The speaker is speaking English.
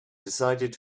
decided